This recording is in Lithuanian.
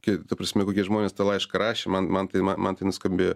kai ta prasme kokie žmonės tą laišką rašė man man tai man tai nuskambėjo